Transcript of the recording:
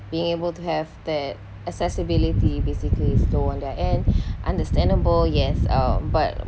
being able to have that accessibility basically is stole on their end understandable yes uh but